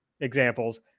examples